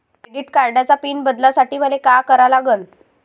Credit कार्डाचा PIN बदलासाठी मले का करा लागन?